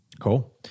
Cool